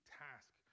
task